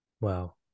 wow